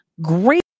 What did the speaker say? great